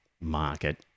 market